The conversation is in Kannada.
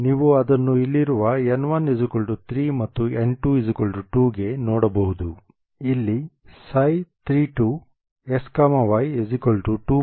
ನೀವು ಅದನ್ನು ಇಲ್ಲಿರುವ n1 3 ಮತ್ತು n2 2 ಗೆ ನೋಡಬಹುದು ಇಲ್ಲಿ ವೇವ್ ಫಂಕ್ಷನ್ 3 2xy2Lsin3πxLsin2πyL